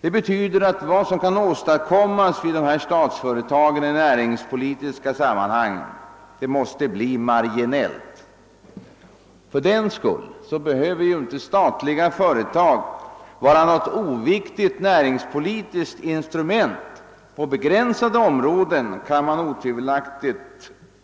Det betyder att vad som kan åstadkommas vid dessa företag i näringspolitiskt hänseende måste bli marginellt. Fördenskull behöver ju inte statliga företag vara något oviktigt näringspolitiskt instrument. På begränsade områ den kan man utan tvivel